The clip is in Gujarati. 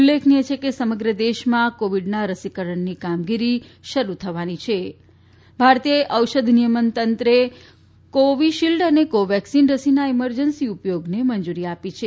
ઉલ્લેખનિય છે કે સમગ્ર દેશમાં કોવીડના રસીકરણની કામગીરી શરૂ થવાની છ ભારતીય ઔષધ નિયમન તંત્રે કોવીશીલ્ડ તથા કોવેક્સીન રસીના ઈમરજન્સી ઉપયોગની મંજુરી આપી છે